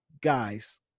Guys